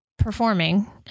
performing